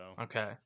Okay